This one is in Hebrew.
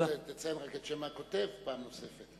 תציין רק את שם הכותב פעם נוספת.